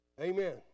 Amen